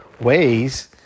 ways